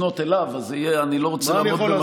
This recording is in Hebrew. אני רוצה לפנות אליו,